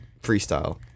freestyle